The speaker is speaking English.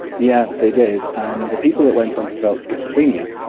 yeah they did. and the people that went on to develop schizophrenia,